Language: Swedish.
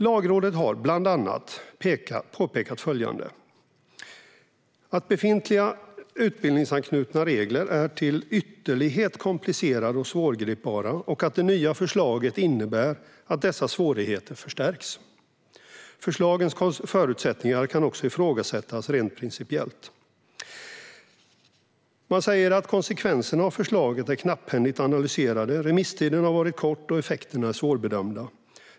Lagrådet har, bland annat, påpekat följande: Befintliga utbildningsanknutna regler är "till ytterlighet komplicerade och svårgripbara", och det nya förslaget innebär att dessa svårigheter förstärks. Förslagens förutsättningar kan också ifrågasättas rent principiellt. Man säger att konsekvenserna av förslaget är knapphändigt analyserade, remisstiden har varit kort och effekterna är svårbedömda.